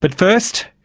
but first,